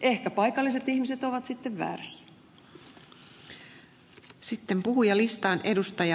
ehkä paikalliset ihmiset ovat sitten väärässä